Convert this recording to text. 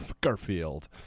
Garfield